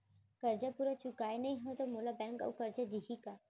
करजा पूरा चुकोय नई हव त मोला बैंक अऊ करजा दिही का?